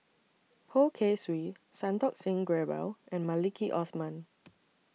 Poh Kay Swee Santokh Singh Grewal and Maliki Osman